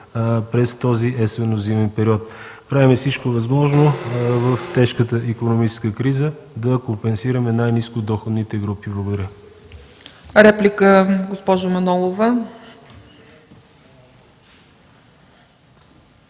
помощи за есенно-зимния период. Правим всичко възможно в тежката икономическа криза да компенсираме най-ниско доходните групи. Благодаря.